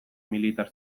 militar